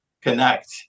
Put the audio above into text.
connect